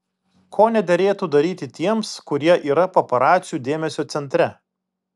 ko nederėtų daryti tiems kurie yra paparacių dėmesio centre